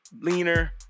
leaner